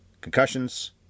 Concussions